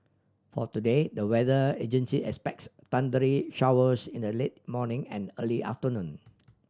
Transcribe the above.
for today the weather agency expects thundery showers in the late morning and early afternoon